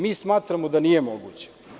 Mi smatramo da nije moguće.